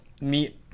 meet